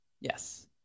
Yes